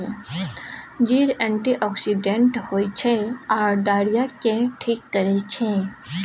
जीर एंटीआक्सिडेंट होइ छै आ डायरिया केँ ठीक करै छै